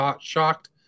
shocked